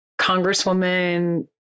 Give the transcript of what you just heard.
Congresswoman